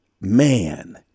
man